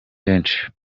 benshi